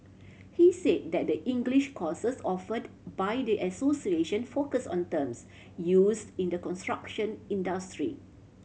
he said that the English courses offered by the association focus on terms used in the construction industry